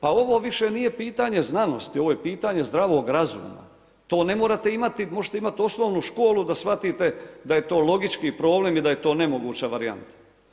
Pa ovo više nije pitanje znanosti, ovo je pitanje zdravog razuma, to ne morate imati, možete imati osnovnu školu da shvatite da je to logički problem i da je to nemoguća varijanta.